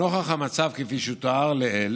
נוכח המצב כפי שתואר לעיל